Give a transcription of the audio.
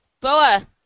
Boa